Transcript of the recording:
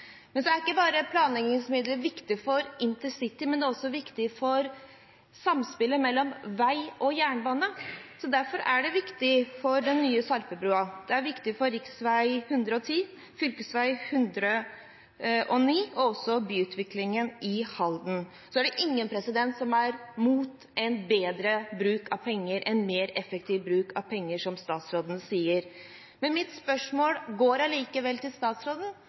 Men planleggingsmidler er ikke bare viktig for intercity; det er også viktig for samspillet mellom vei og jernbane. Derfor er det viktig for den nye Sarpebrua, og det er viktig for rv. 110, for fv. 109 og også for byutviklingen i Halden. Så er det ingen som er imot en bedre bruk av penger, en mer effektiv bruk av penger, som statsråden sier. Mitt spørsmål til statsråden er allikevel: Kan statsråden